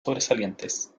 sobresalientes